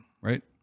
Right